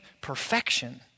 perfection